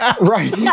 Right